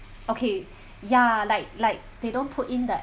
okay ya like like they don't put in the